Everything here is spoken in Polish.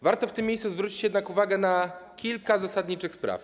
Warto w tym miejscu zwrócić jednak uwagę na kilka zasadniczych spraw.